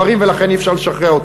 ולכן אי-אפשר לשחרר אותו.